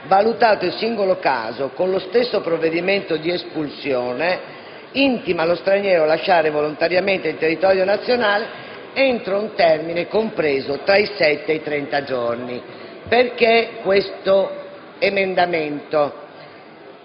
valutato il singolo caso, con lo stesso provvedimento di espulsione, intima allo straniero a lasciare volontariamente il territorio nazionale, entro un termine compreso tra 7 e 30 giorni».